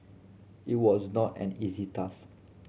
it was not an easy task